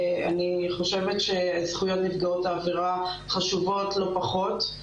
אני חושבת שזכויות נפגעות העבירה חשובות לא פחות,